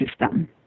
system